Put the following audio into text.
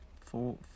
four